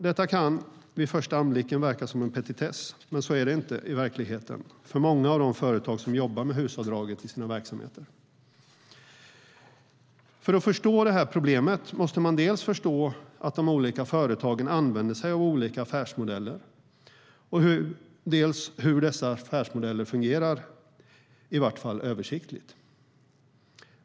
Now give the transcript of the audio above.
Detta kan vid första anblicken verka som en petitess, men så är det inte i verkligheten för många av de företag som jobbar med HUS-avdraget i sina verksamheter. För att inse problemet måste man dels förstå att de olika företagen använder sig av olika affärsmodeller, dels förstå hur dessa affärsmodeller fungerar, i vart fall översiktligt.